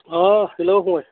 अ हेल' बुं